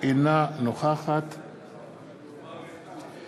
אינה נוכחת חיים ילין, אינו נוכח משה יעלון,